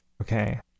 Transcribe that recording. Okay